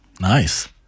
Nice